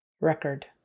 Record